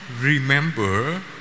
remember